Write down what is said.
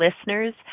listeners